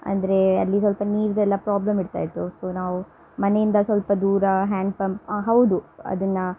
ಅಂದರೆ ಅಲ್ಲಿ ಸ್ವಲ್ಪ ನೀರ್ದೆಲ್ಲ ಪ್ರಾಬ್ಲಮ್ ಇರ್ತಾ ಇತ್ತು ಸೊ ನಾವು ಮನೆಯಿಂದ ಸ್ವಲ್ಪ ದೂರ ಹ್ಯಾಂಡ್ ಪಂಪ್ ಹೌದು ಅದನ್ನು